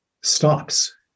stops